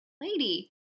lady